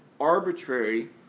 arbitrary